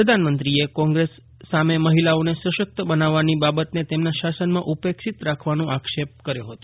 પ્રધાનમંત્રીએ કોંગ્રેસ સામે મહિલાઓને સશક્ત બનાવવાની બાબતને તેમના શાસનમાં ઉપેક્ષિત રાખવાનો આક્ષેપ કર્યો હતો